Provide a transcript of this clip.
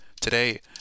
today